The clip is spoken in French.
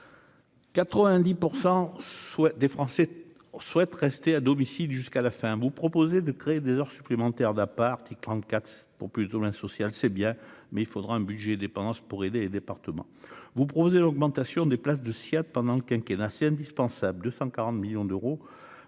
soit des Français, on souhaite rester à domicile jusqu'à la fin, hein, vous proposez de créer des heures supplémentaires d'appart et 34 pour plus moins social, c'est bien, mais il faudra un budget dépendance pour aider les départements, vous proposez l'augmentation des places de Ssiad pendant le quinquennat c'est indispensable 240 millions d'euros,